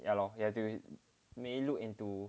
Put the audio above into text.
ya lor ya do may look into